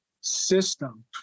system